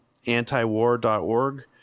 antiwar.org